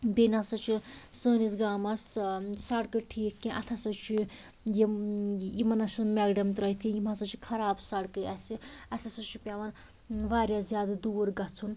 بیٚیہِ نَہ سا چھِ سٲنِس گامس ٲں سڑکہٕ ٹھیٖک کیٚنٛہہ اتھ ہَسا چھِ یِم یِمن ہسا چھُنہٕ میٚگڈم ترٛٲیِتھٕے یِم ہَسا چھِ خراب سڑکہٕ اسہِ اسہِ ہَسا چھُ پیٚوان وارِیاہ زیادٕ دوٗر گَژھُن